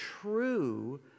true